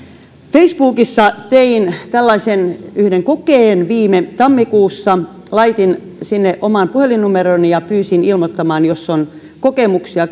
facebookissa tein yhden tällaisen kokeen viime tammikuussa laitoin sinne oman puhelinnumeroni ja pyysin ilmoittamaan jos on kokemuksia